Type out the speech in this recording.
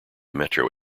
metro